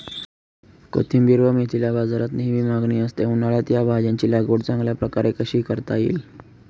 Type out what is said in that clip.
कोथिंबिर व मेथीला बाजारात नेहमी मागणी असते, उन्हाळ्यात या भाज्यांची लागवड चांगल्या प्रकारे कशी करता येईल?